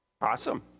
Awesome